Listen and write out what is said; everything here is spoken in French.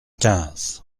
quinze